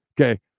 Okay